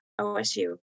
OSU